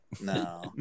no